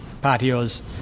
patios